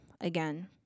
again